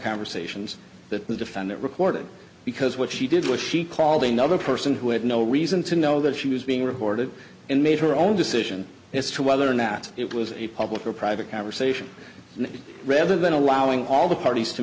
conversations that the defendant recorded because what she did was she called another person who had no reason to know that she was being recorded and made her own decision as to whether or not it was a public or private conversation and rather than allowing all the parties to